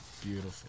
beautiful